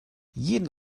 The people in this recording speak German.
jeden